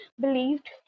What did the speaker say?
believed